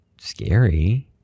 scary